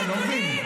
תהיה ענייני.